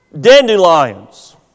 Dandelions